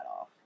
off